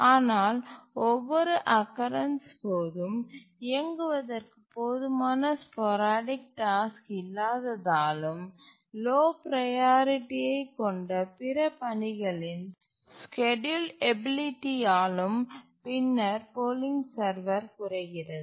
ஆனால் ஒவ்வொரு அக்கரன்ஸ் போதும் இயங்குவதற்கு போதுமான ஸ்போரடிக் டாஸ்க் இல்லாததாலும் லோ ப்ரையாரிட்டியை கொண்ட பிற பணிகளின் ஸ்கேட்யூல் எபிலிட்டியாலும் பின்னர் போலிங் சர்வர் குறைகிறது